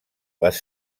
les